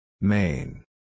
Main